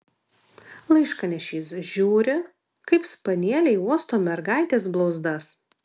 laiškanešys žiūri kaip spanieliai uosto mergaitės blauzdas